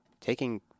Taking